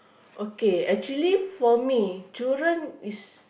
okay actually for me children is